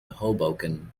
hoboken